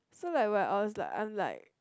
so like where us are unlike